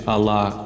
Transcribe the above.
Allah